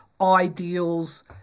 ideals